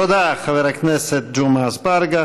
תודה, חבר הכנסת ג'מעה אזברגה.